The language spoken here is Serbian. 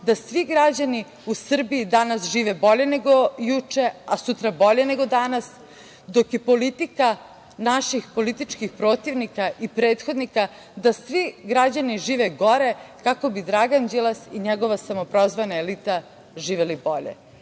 da svi građani u Srbiji danas žive bolje nego juče, a sutra bolje nego danas, dok je politika naših političkih protivnika i prethodnika da svi građani žive gore, kako bi Dragan Đilas i njegova samoprozvana elita živela bolje.